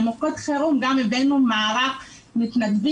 למוקד החירום הבאנו גם מערך מתנדבים,